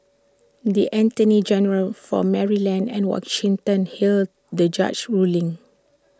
the attorneys general for Maryland and Washington hailed the judge's ruling